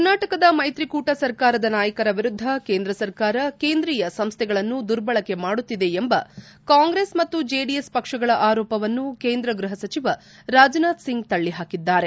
ಕರ್ನಾಟಕದ ಮೈತ್ರಿಕೂಟ ಸರ್ಕಾರದ ನಾಯಕರ ವಿರುದ್ದ ಕೇಂದ್ರ ಸರ್ಕಾರ ಕೇಂದ್ರೀಯ ಸಂಸ್ವೆಗಳನ್ನು ದುರ್ಬಳಕೆ ಮಾಡುತ್ತಿದೆ ಎಂಬ ಕಾಂಗ್ರೆಸ್ ಮತ್ತು ಜೆಡಿಎಸ್ ಪಕ್ಷಗಳ ಆರೋಪವನ್ನು ಕೇಂದ್ರ ಗೃಹ ಸಚಿವ ರಾಜನಾಥ್ ಸಿಂಗ್ ತಳ್ಳಹಾಕಿದ್ದಾರೆ